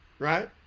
right